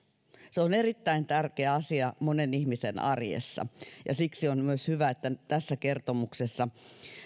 se on erittäin tärkeä asia monen ihmisen arjessa ja siksi on myös hyvä että nyt tässä kertomuksessa